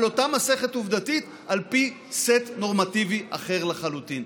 על אותה מסכת עובדתית על פי סט נורמטיבי אחר לחלוטין.